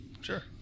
Sure